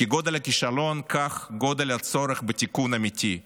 כגודל הכישלון כך גודל הצורך בתיקון אמיתי.